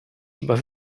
was